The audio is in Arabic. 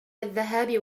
الذهاب